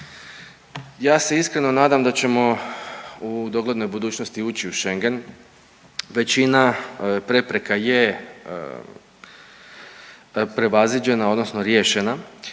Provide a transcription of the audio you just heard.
Ja se iskreno nadam da ćemo u doglednoj budućnosti ući u Schengen, većina prepreka je prevaziđena odnosno riješena,